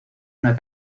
una